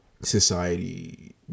society